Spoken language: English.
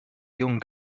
young